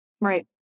Right